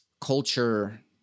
culture